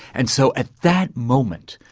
and so at that moment,